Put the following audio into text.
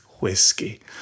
whiskey